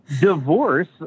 divorce